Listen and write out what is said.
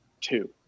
two